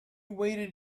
waded